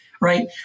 right